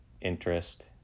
interest